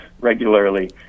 regularly